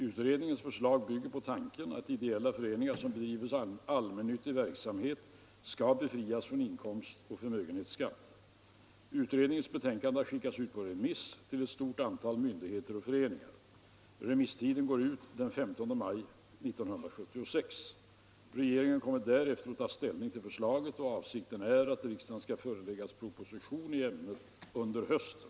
Utredningens förslag bygger på tanken att ideella föreningar som bedriver allmännyttig verksamhet skall befrias från inkomstoch förmögenhetsskatt. Utredningens betänkande har skickats ut på remiss till ett stort antal myndigheter och föreningar. Remisstiden går ut den 15 maj 1976. Regeringen kommer därefter att ta ställning till förslaget. Avsikten är att riksdagen skall föreläggas proposition i ämnet under hösten.